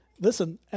listen